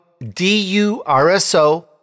DURSO